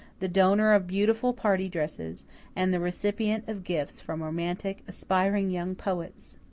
the donor of beautiful party dresses, and the recipient of gifts from romantic, aspiring young poets?